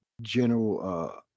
general